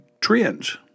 trends